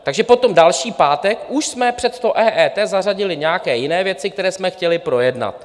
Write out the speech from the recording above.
Takže potom další pátek už jsme před to EET zařadili nějaké jiné věci, které jsme chtěli projednat.